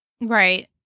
Right